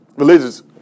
Religious